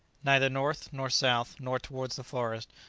neither north, nor south, nor towards the forest,